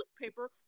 newspaper